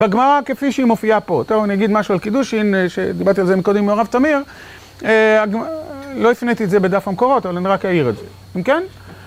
והגמרא כפי שהיא מופיעה פה, טוב אני אגיד משהו על קידושין, שדיברתי על זה קודם עם הרב תמיר, לא הפניתי את זה בדף המקורות אבל אני רק אעיר את זה, כן?